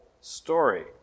story